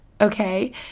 okay